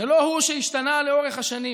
לא הוא זה שהשתנה לאורך השנים.